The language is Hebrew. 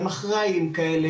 הם אחראים כאלה,